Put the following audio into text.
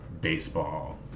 baseball